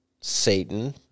Satan